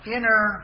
inner